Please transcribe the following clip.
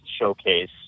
showcase